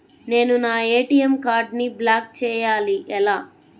నేను నా ఏ.టీ.ఎం కార్డ్ను బ్లాక్ చేయాలి ఎలా?